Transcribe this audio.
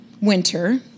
winter